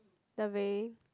the way